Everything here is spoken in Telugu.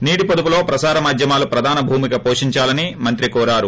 నీట్ పొదుపులో ప్రసార మాధ్యమాలు ప్రధాన భూమిక పోషించాలని మంత్రి కోరారు